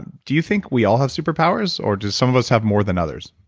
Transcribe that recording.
and do you think we all have super powers or do some of us have more than others?